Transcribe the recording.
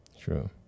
True